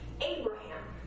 Abraham